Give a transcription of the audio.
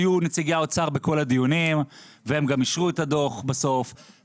נציגי האוצר היו בכל הדיונים ובסוף הם גם אישרו את הדוח על